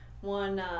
one